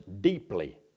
deeply